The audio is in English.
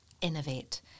innovate